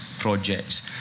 Projects